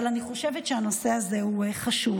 אבל אני חושבת שהנושא הזה הוא חשוב,